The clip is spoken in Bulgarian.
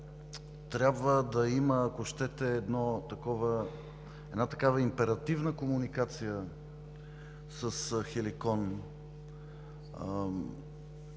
трябва да има, ако щете, една такава императивна комуникация с „Хеликон“.